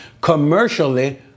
commercially